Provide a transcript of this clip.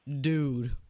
dude